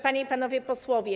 Panie i Panowie Posłowie!